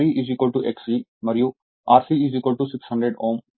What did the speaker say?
Re Xe మరియు Rc 600